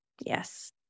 Yes